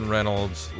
Reynolds